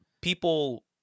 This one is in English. people